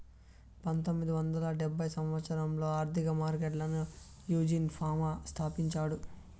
పంతొమ్మిది వందల డెబ్భై సంవచ్చరంలో ఆర్థిక మార్కెట్లను యాజీన్ ఫామా స్థాపించాడు